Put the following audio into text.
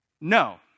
No